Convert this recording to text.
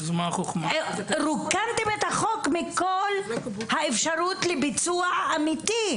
רוקנתם את החוק מכל האפשרות לביצוע אמיתי.